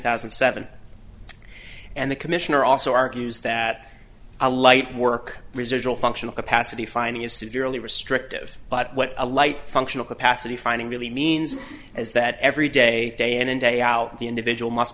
thousand and seven and the commissioner also argues that a light work residual functional capacity finding is severely restrictive but what a light functional capacity finding really means is that every day day in and day out the individual must